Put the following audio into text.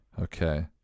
Okay